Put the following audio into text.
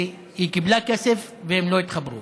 כי היא קיבלה כסף והם לא התחברו.